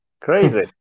crazy